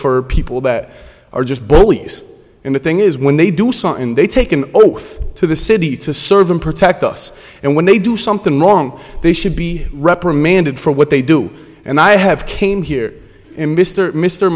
for people that are just bullies and the thing is when they do something and they take an oath to the city to serve and protect us and when they do something wrong they should be reprimanded for what they do and i have came here